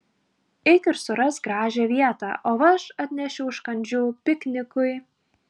eik ir surask gražią vietą o aš atnešiu užkandžių piknikui